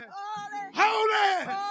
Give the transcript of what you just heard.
holy